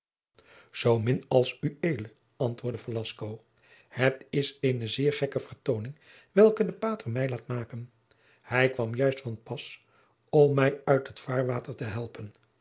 zoo min als ued antwoordde velasco het is eene zeer gekke vertooning welke de pater mij laat maken hij kwam juist van pas om mij uit het vaarwater te helpen